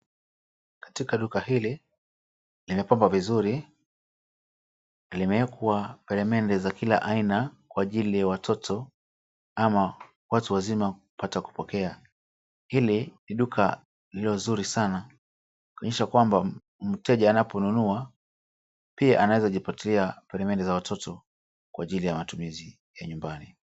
Katika duka hili limepambwa vizuri na limeekwa peremende za kila aina kwa ajili ya watoto ama watu wazima kupata kupokea. Hili ni duka lililo zuri sana kuonyesha kwamba mteja anaponunua pia anaweza jipatia peremende za watoto kwa ajili ya matumizi ya nyumbani.